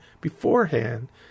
beforehand